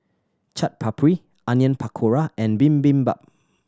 Chaat Papri Onion Pakora and Bibimbap